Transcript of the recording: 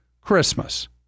Christmas